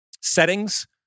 settings